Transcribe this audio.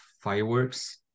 fireworks